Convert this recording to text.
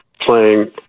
playing